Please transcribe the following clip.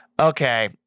Okay